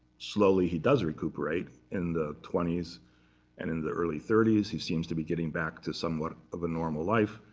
slowly, he does recuperate. in the twenty s and in the early thirty s, he seems to be getting back to somewhat of a normal life.